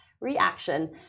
reaction